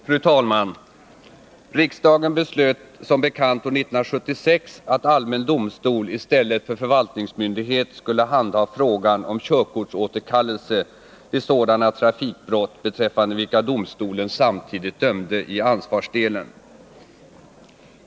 Fru talman! Riksdagen beslöt som bekant år 1976 att allmän domstol i stället för förvaltningsmyndighet skulle handha frågan om körkortsåterkallelse vid sådana trafikbrott beträffande vilka domstolen samtidigt dömde i ansvarsdelen.